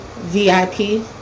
VIP